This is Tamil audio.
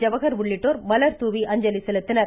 ஜவஹர் உள்ளிட்டோர் மலர்துாவி அஞ்சலி செலுத்தினர்